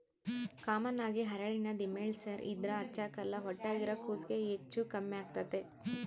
common ಆಗಿ ಹರಳೆಣ್ಣೆನ ದಿಮೆಂಳ್ಸೇರ್ ಇದ್ರ ಹಚ್ಚಕ್ಕಲ್ಲ ಹೊಟ್ಯಾಗಿರೋ ಕೂಸ್ಗೆ ಹೆಚ್ಚು ಕಮ್ಮೆಗ್ತತೆ